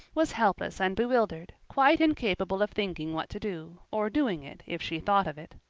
was helpless and bewildered, quite incapable of thinking what to do, or doing it if she thought of it.